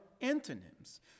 antonyms